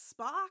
Spock